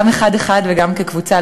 גם אחד-אחד וגם כקבוצה,